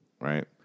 right